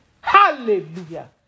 Hallelujah